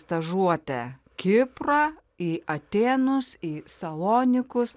stažuotę kiprą į atėnus į salonikus